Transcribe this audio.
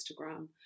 Instagram